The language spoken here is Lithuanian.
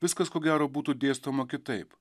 viskas ko gero būtų dėstoma kitaip